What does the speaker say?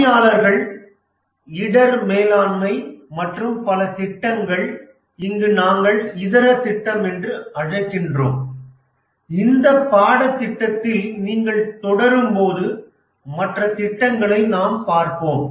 பணியாளர்கள் இடர் மேலாண்மை மற்றும் பல திட்டங்கள் இங்கு நாங்கள் இதர திட்டம் என்று அழைகின்றோம் இந்த பாடத்திட்டத்தில் நீங்கள் தொடரும்போது மற்ற திட்டங்களை நாம் பார்ப்போம்